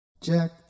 Jack